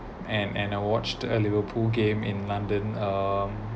and and I watched the liverpool game in london um